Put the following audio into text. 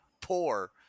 poor